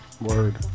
word